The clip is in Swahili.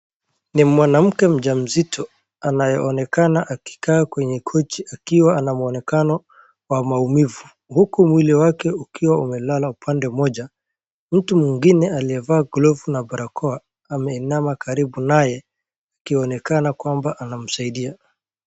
Ni mwanamke mjamzito anayeonekana akikaa kwenye kochi akiwa na muonekano wa maumivu huku mwili wake ukiwa umelala upande mmoja. Mtu mwingine aliyevaa glovu na barakoa ameinama karibu naye akionekana kwamba anamsaidia.